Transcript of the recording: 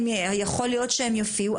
יכול להיות שהן יופיעו,